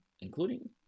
including